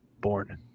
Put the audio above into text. born